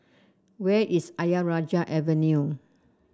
where is Ayer Rajah Avenue